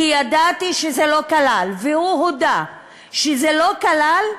כי ידעתי שזה לא כלל, והוא הודה שזה לא כלל.